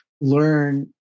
learn